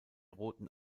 roten